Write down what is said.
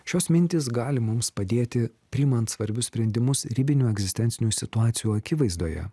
šios mintys gali mums padėti priimant svarbius sprendimus ribinių egzistencinių situacijų akivaizdoje